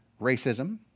racism